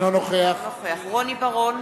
אינו נוכח רוני בר-און,